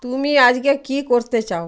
তুমি আজকে কী করতে চাও